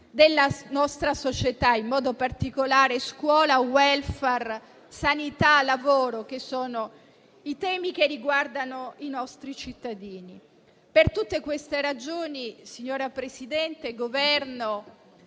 della nostra società, in modo particolare scuola, *welfare*, sanità e lavoro, che sono i temi che riguardano i nostri cittadini. Per tutte queste ragioni, signora Presidente e Governo,